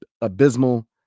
abysmal